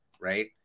right